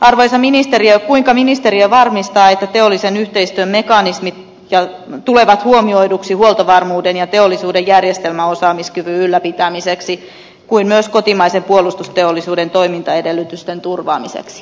arvoisa ministeri kuinka ministeriö varmistaa että teollisen yhteistyön mekanismit tulevat huomioiduksi huoltovarmuuden ja teollisuuden järjestelmäosaamiskyvyn ylläpitämiseksi kuin myös kotimaisen puolustusteollisuuden toimintaedellytysten turvaamiseksi